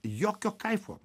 jokio kaifo